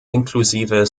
inklusive